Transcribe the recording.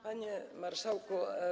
Panie Marszałku!